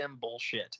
bullshit